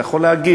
אתה יכול להגיב,